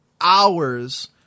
hours